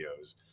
videos